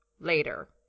later